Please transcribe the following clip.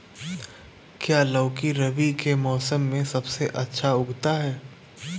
क्या लौकी रबी के मौसम में सबसे अच्छा उगता है?